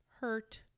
hurt